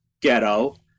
Ghetto